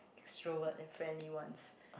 extrovert and friendly ones